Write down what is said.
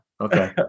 okay